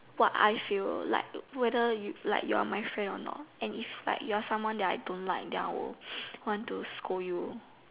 what I feel like whether like you are my friend a not and if you are like someone I don't like then I will want to scold you